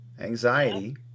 anxiety